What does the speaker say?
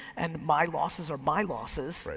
and my losses are my losses.